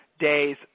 days